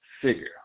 figure